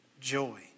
joy